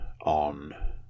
on